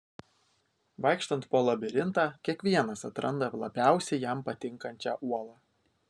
vaikštant po labirintą kiekvienas atranda labiausiai jam patinkančią uolą